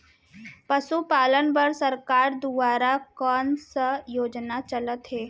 पशुपालन बर सरकार दुवारा कोन स योजना चलत हे?